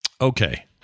Okay